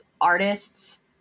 artists